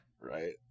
Right